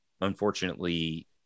unfortunately